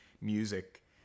music